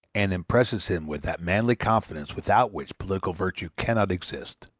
and impresses him with that manly confidence without which political virtue cannot exist.